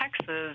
texas